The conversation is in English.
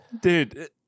dude